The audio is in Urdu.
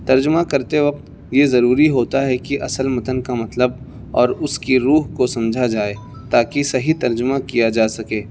ترجمہ کرتے وقت یہ ضروری ہوتا ہے کہ اصل متن کا مطلب اور اس کی روح کو سمجھا جائے تا کہ صحیح ترجمہ کیا جا سکے